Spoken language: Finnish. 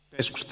jeesusta